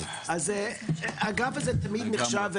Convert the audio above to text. אז האגף הזה תמיד נחשב,